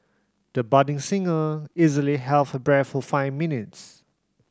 the budding singer easily held her breath for five minutes